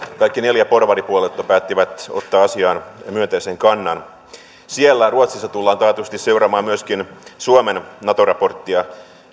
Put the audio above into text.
kaikki neljä porvaripuoluetta päättivät ottaa asiaan myönteisen kannan ruotsissa tullaan taatusti seuraamaan myöskin suomen nato raporttia